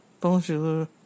Bonjour